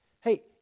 Hey